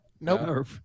Nope